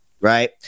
Right